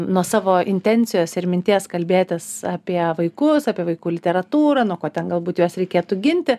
nuo savo intencijos ir minties kalbėtis apie vaikus apie vaikų literatūrą nuo ko ten galbūt juos reikėtų ginti